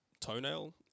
toenail